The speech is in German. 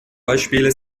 beispiele